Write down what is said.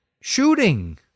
Shooting